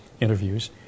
interviews